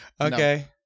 Okay